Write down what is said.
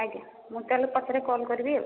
ଆଜ୍ଞା ମୁଁ ତାହେଲେ ପଛରେ କଲ୍ କରିବି ଆଉ